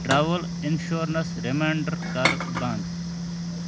travel insurance reminder کَر بنٛد